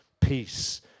peace